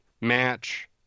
match